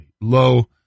low